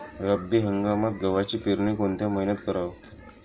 रब्बी हंगामात गव्हाची पेरनी कोनत्या मईन्यात कराव?